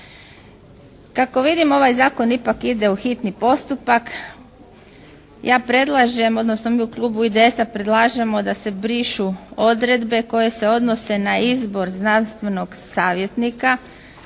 Kako vidim ovaj zakon ipak ide u hitni postupak. Ja predlažem odnosno mi u Klubu IDS-a predlažemo da se brišu odredbe koje se odnose na izbor znanstvenog savjetnika